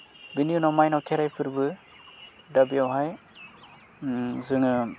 बिनि उनाव मायनाव खेराइ फोरबो दा बेवहाय जोङो